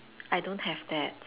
I don't have that